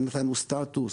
גם נתנו סטטוס.